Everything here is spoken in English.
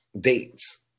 dates